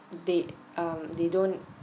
they um they don't